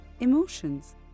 Emotions